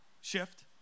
shift